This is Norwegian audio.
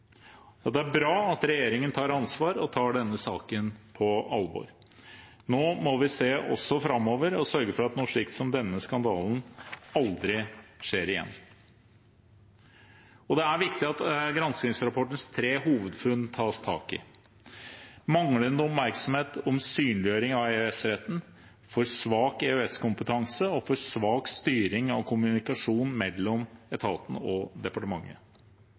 Det er bra at regjeringen tar ansvar og tar denne saken på alvor. Nå må vi se også framover og sørge for at noe slikt som denne skandalen aldri skjer igjen. Det er viktig at granskingsrapportens tre hovedfunn tas tak i: manglende oppmerksomhet om synliggjøring av EØS-retten, for svak EØS-kompetanse og for svak styring av kommunikasjon mellom etaten og departementet.